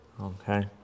okay